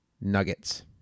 nuggets